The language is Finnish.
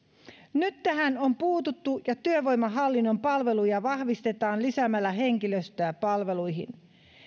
nyt tähän on puututtu ja työvoimahallinnon palveluja vahvistetaan lisäämällä henkilöstöä palveluihin